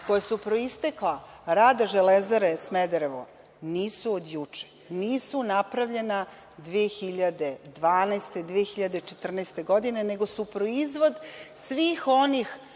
koja su proistekla rada „Železare Smederevo“ nisu od juče, nisu napravljena 2012, 2014. godine, nego su proizvod svih onih